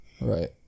Right